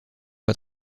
pas